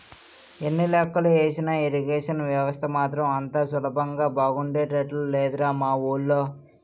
ఎన్ని లెక్కలు ఏసినా ఇరిగేషన్ వ్యవస్థ మాత్రం అంత సులభంగా బాగుపడేటట్లు లేదురా మా వూళ్ళో